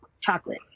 chocolate